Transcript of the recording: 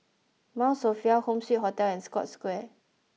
Mount Sophia Home Suite Hotel and Scotts Square